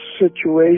situation